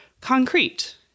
concrete